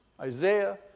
Isaiah